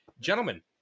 gentlemen